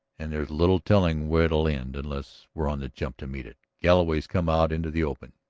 and there's little telling where it'll end unless we're on the jump to meet it. galloway's come out into the open.